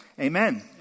Amen